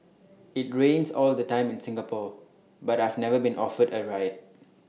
IT rains all the time in Singapore but I've never been offered A ride